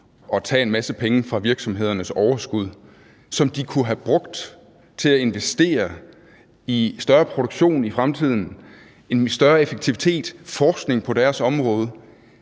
at tage en masse penge fra virksomhedernes overskud, som de kunne have brugt til at investere i større produktion i fremtiden, større effektivitet, forskning på deres område,